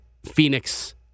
Phoenix